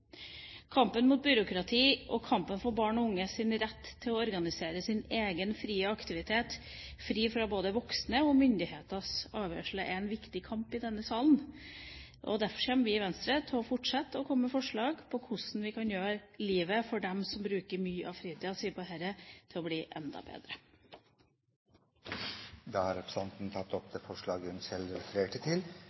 Kampen mot byråkrati og kampen for barn og unges rett til å organisere sin egen frie aktivitet, fri fra både voksne og myndigheters avgjørelse, er en viktig kamp i denne salen. Derfor kommer vi i Venstre til å fortsette å komme med forslag om hvordan vi kan gjøre livet for dem som bruker mye av fritida si på dette, enda bedre. Representanten Trine Skei Grande har tatt opp det forslaget hun refererte til.